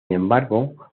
embargo